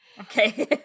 okay